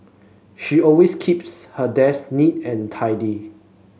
she always keeps her desk neat and tidy